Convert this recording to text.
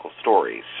stories